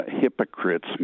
hypocrites